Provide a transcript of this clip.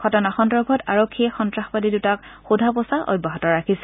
ঘটনা সন্দৰ্ভত আৰক্ষীয়ে সন্নাসবাদী দুটাক সোধা পোছা অব্যাহত ৰাখিছে